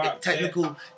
Technical